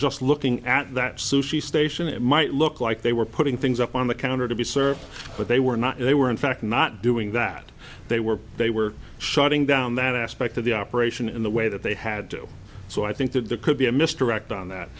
just looking at that sushi station it might look like they were putting things up on the counter to be served but they were not they were in fact not doing that they were they were shutting down that aspect of the operation in the way that they had to so i think that there could be a mr act on that